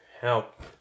help